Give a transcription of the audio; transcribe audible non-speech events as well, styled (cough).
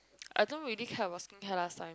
(noise) I don't really care about skincare last time